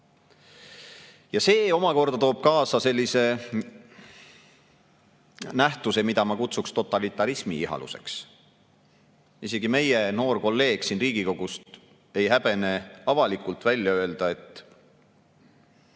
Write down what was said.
omakorda toob kaasa sellise nähtuse, mida ma kutsuks totalitarismiihaluseks. Isegi meie noor kolleeg siin Riigikogus ei häbene avalikult välja öelda, et